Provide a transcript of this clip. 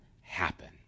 happen